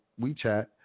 WeChat